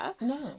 no